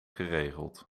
geregeld